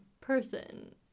person